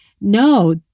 no